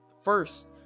First